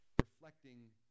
reflecting